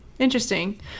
interesting